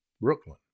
Brooklyn